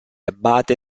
abate